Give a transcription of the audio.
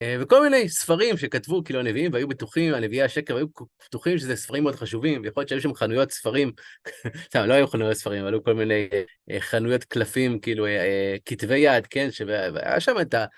וכל מיני ספרים שכתבו, כאילו הנביאים והיו בטוחים, הנביאי השקר היו בטוחים שזה ספרים מאוד חשובים, ויכול להיות שהיו שם חנויות ספרים, סתם, לא היו חנויות ספרים, אבל היו כל מיני חנויות קלפים, כאילו כתבי יד, כן? היה שם את ה...